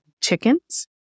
chickens